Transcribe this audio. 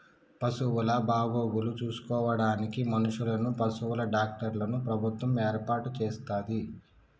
పశువుల బాగోగులు చూసుకోడానికి మనుషులను, పశువుల డాక్టర్లను ప్రభుత్వం ఏర్పాటు చేస్తది